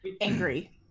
angry